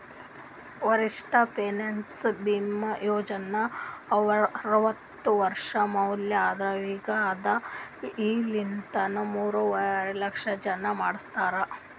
ವರಿಷ್ಠ ಪೆನ್ಷನ್ ಭೀಮಾ ಯೋಜನಾ ಅರ್ವತ್ತ ವರ್ಷ ಮ್ಯಾಲ ಆದವ್ರಿಗ್ ಅದಾ ಇಲಿತನ ಮೂರುವರಿ ಲಕ್ಷ ಜನ ಮಾಡಿಸ್ಯಾರ್